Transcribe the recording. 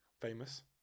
Famous